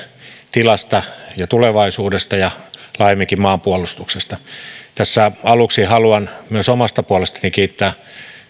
tilasta ja tulevaisuudesta ja laajemminkin maanpuolustuksesta aluksi haluan myös omasta puolestani kiittää